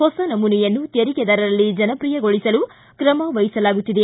ಹೊಸ ನಮೂನೆಯನ್ನು ತೆರಿಗೆದಾರರಲ್ಲಿ ಜನಪ್ರಿಯಗೊಳಿಸಲು ಕ್ರಮ ವಹಿಸಲಾಗುತ್ತಿದೆ